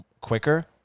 quicker